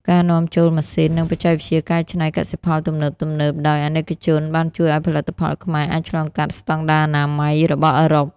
ការនាំចូលម៉ាស៊ីន និងបច្ចេកវិទ្យាកែច្នៃកសិផលទំនើបៗដោយអាណិកជន បានជួយឱ្យផលិតផលខ្មែរអាចឆ្លងកាត់ស្ដង់ដារអនាម័យ របស់អឺរ៉ុប។